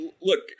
Look